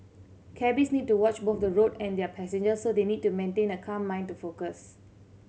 cabbies need to watch both the road and their passengers so they need to maintain a calm mind to focus